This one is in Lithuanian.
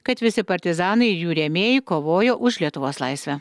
kad visi partizanai ir jų rėmėjai kovojo už lietuvos laisvę